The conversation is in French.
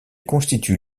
constitue